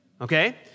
okay